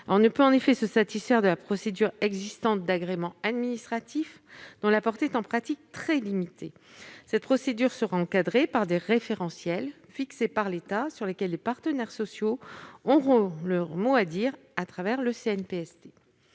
On ne peut en effet se satisfaire de la procédure existante d'agrément administratif, dont la portée est en pratique très limitée. La procédure sera encadrée par des référentiels fixés par l'État, sur lesquels les partenaires sociaux auront leur mot à dire au travers du CNPST.